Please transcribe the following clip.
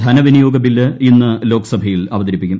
ധനവിനിയോഗ bill ഇന്ന് ലോക്സഭയിൽ അവതരിപ്പിക്കും